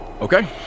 Okay